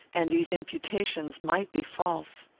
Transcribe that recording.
and these imputations might be false.